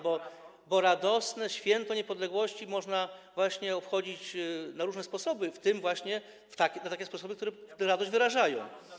bo radosne Święto Niepodległości można obchodzić na różne sposoby, w tym właśnie na takie sposoby, które radość wyrażają.